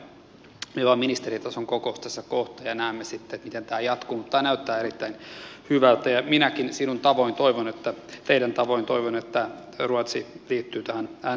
meillä on ministeritason kokous tässä kohta ja näemme sitten miten tämä jatkuu mutta tämä näyttää erittäin hyvältä ja minäkin teidän tavoin toivon että ruotsi liittyy tähän nrfään